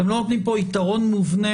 אתם לא נותנים פה יתרון מובנה.